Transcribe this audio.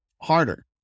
harder